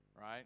right